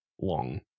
long